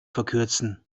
verkürzen